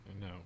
No